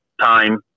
time